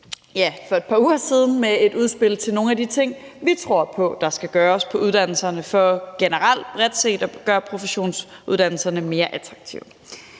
også for et par uger siden med et udspil til nogle af de ting, vi tror på der skal gøres på uddannelserne for generelt og bredt set at gøre professionsuddannelserne mere attraktive.